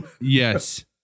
yes